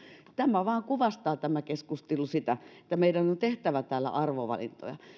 tämä keskustelu vain kuvastaa sitä että meidän on on tehtävä täällä arvovalintoja ja